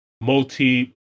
multi